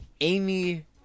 Amy